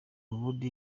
ubundi